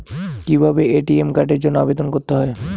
কিভাবে এ.টি.এম কার্ডের জন্য আবেদন করতে হয়?